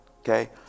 okay